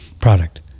product